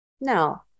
no